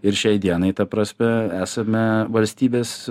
ir šiai dienai ta prasme esame valstybės